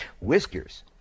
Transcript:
Whiskers